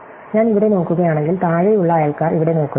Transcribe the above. ഞാൻ ഇവിടെ നോക്കുകയാണെങ്കിൽ താഴെയുള്ള അയൽക്കാർ ഇവിടെ നോക്കുന്നില്ല